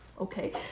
okay